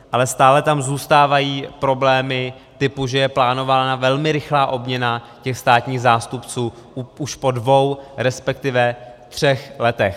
Ale stále tam zůstávají problémy typu, že je plánovaná velmi rychlá obměna těch státních zástupců už po dvou resp. třech letech.